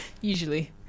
usually